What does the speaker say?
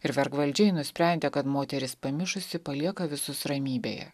ir vergvaldžiai nusprendę kad moteris pamišusi palieka visus ramybėje